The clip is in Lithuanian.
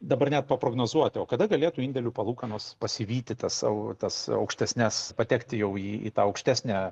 dabar net prognozuoti o kada galėtų indėlių palūkanos pasivyti tas tas aukštesnes patekti jau į tą aukštesnę